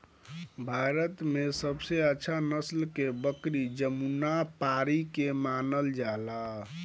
भारत में सबसे अच्छा नसल के बकरी जमुनापारी के मानल जाला